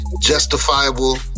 justifiable